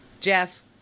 Jeff